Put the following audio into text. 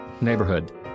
neighborhood